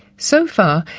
so far,